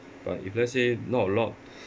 but if let's say not a lot